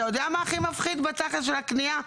אתה יודע מה הכי מפחיד בתכלס של הקנייה?